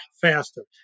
faster